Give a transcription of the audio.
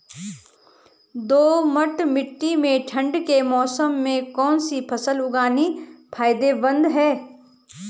दोमट्ट मिट्टी में ठंड के मौसम में कौन सी फसल उगानी फायदेमंद है?